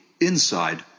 inside